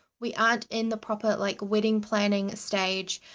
we aren't in the proper like wedding planning stage.